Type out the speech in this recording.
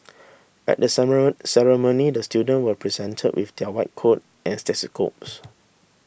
at the ceremony the student were presented with their white coat and stethoscopes